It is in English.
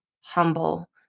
humble